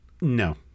No